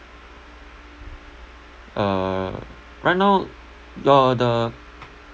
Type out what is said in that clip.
uh right now the the